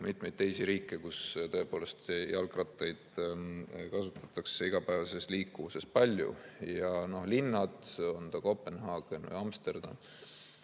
mitmeid teisi riike, kus tõepoolest jalgrattaid kasutatakse igapäevases liikumises palju. No ja linnad, näiteks Kopenhaagen või Amsterdam,